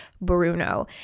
Bruno